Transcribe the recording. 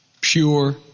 pure